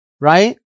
right